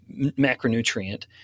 macronutrient